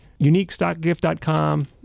UniqueStockGift.com